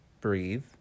breathe